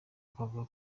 akavuga